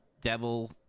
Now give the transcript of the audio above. devil